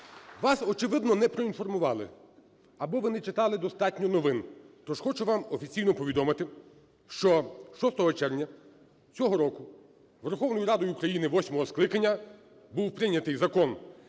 Вас, очевидно, не проінформували або ви не читали достатньо новин. То ж хочу вам офіційно повідомити, що 6 червня цього року Верховною Радою України восьмого скликання був прийнятий Закон